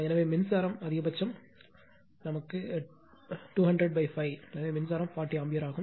எனவே மின்சாரம் அதிகபட்சம் 2005 எனவே மின்சாரம் 40 ஆம்பியர் ஆகும்